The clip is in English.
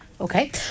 Okay